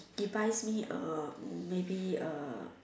he buys me a maybe a